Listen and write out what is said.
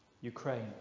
Ukraine